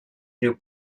riu